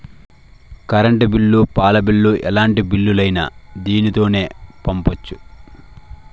current bill పాల bill ఎలాంటి బిల్లులైనా దీనితోనే పంపొచ్చు